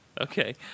Okay